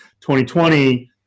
2020